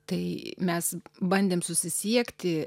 tai mes bandėm susisiekti